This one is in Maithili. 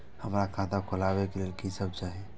हमरा खाता खोलावे के लेल की सब चाही?